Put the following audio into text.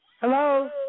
Hello